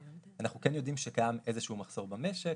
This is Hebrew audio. אנחנו כן יודעים שקיים איזשהו מחסור במשק,